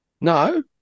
No